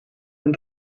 een